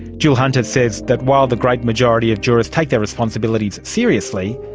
jill hunter says that while the great majority of jurors take their responsibilities seriously,